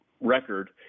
record